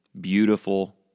beautiful